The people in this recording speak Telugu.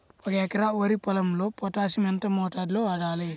ఒక ఎకరా వరి పొలంలో పోటాషియం ఎంత మోతాదులో వాడాలి?